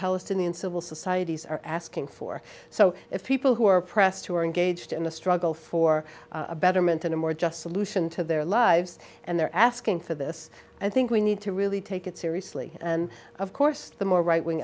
palestinian civil societies are asking for so if people who are oppressed who are engaged in a struggle for a betterment and a more just solution to their lives and they're asking for this i think we need to really take it seriously and of course the more right wing